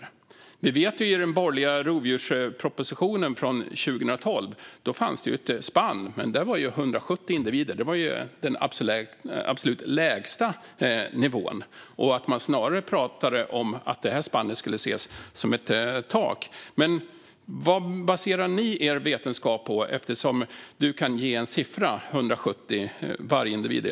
Vi vet att det fanns ett spann i den borgerliga rovdjurspropositionen från 2012, och i det spannet var 170 individer den absolut lägsta nivån. Man talade snarare om att spannet skulle ses som ett tak. Vad baserar ni er vetenskap på eftersom du kan ge en siffra, alltså 170 vargindivider?